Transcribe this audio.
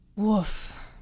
Woof